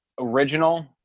original